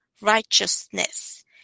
righteousness